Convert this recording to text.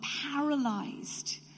paralyzed